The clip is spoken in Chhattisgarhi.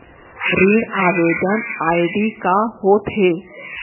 ऋण आवेदन आई.डी का होत हे?